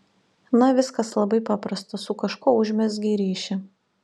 na viskas labai paprasta su kažkuo užmezgei ryšį